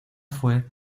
fue